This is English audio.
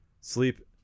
sleep